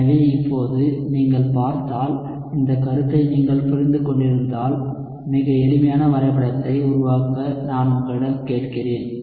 எனவே இப்போது நீங்கள் பார்த்தால் இந்த கருத்தை நீங்கள் புரிந்து கொண்டிருந்தால் மிக எளிமையான வரைபடத்தை உருவாக்க நான் உங்களிடம் கேட்கிறேன்